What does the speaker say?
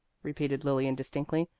repeated lilian distinctly.